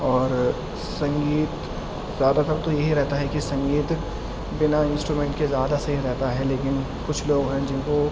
اور سنگیت زیادہ تر تو یہی رہتا ہے کہ سنگیت بنا انسٹومینٹ کے زیادہ صحیح رہتا ہے لیکن کچھ لوگ ہیں جن کو